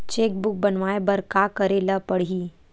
Cheque book बनवाय बर का करे ल पड़हि?